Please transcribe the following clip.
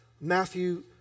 Matthew